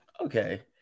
okay